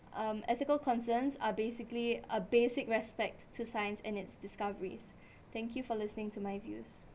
um ethical concerns are basically a basic respect to science and its discoveries thank you for listening to my views